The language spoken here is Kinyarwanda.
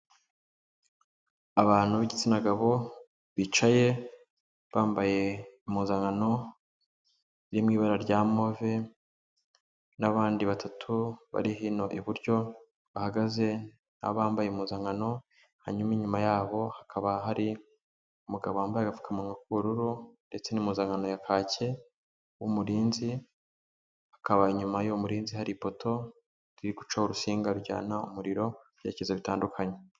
Abantu b'igitsina gabo bicaye bambaye impuzankano iri mu ibara rya move n'abandi batatu bari hino iburyo bahagaze n'abambaye impuzankano, hanyuma inyuma yabo hakaba hari umugabo wambaye agapfukamuwa k'ubururu ndetse n'impumuzankano ya kakeye w'umurinzi, hakaba inyuma y'uwo murinzi hari ipoto iri gucaho urusinga rujyana umuriro mu byerekezo bitandukanye.